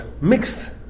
Mixed